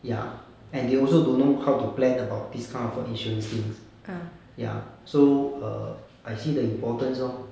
ya and they also don't know how to plan about this kind of insurance schemes ya so err I see the important lor